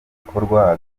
bikorwa